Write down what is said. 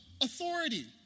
authority